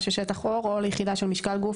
של שטח עור או ליחידה של משקל גוף,